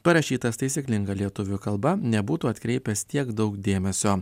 parašytas taisyklinga lietuvių kalba nebūtų atkreipęs tiek daug dėmesio